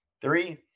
Three